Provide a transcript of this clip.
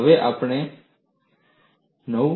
હવે આપણે 9